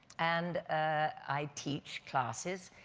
and i teach classes.